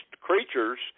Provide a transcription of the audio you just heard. creatures